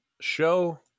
show